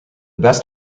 best